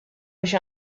biex